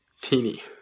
teeny